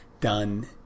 done